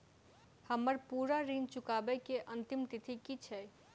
हम्मर पूरा ऋण चुकाबै केँ अंतिम तिथि की छै?